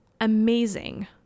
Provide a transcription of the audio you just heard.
amazing